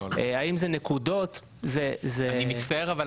האם אלה נקודות --- אני מצטער אבל